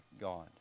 God